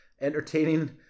entertaining